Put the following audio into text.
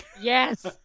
Yes